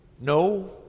No